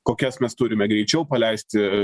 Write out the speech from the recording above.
kokias mes turime greičiau paleisti